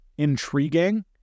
intriguing